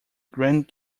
grand